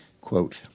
Quote